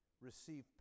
receive